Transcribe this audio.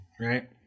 right